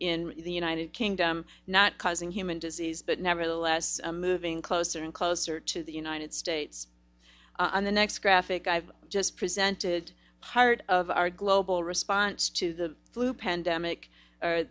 in the united kingdom not causing human disease but nevertheless moving closer and closer to the united states on the next graphic i've just presented part of our global response to the flu pandemic